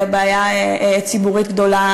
אלא זו בעיה ציבורית גדולה,